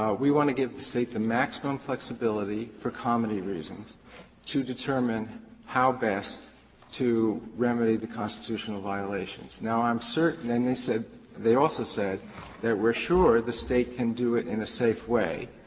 we want to give the state the maximum flexibility for comity reasons to determine how best to remedy the constitutional violations. now i am certain then they said they also said that we're sure the state can do it in a safe way,